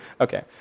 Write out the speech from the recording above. Okay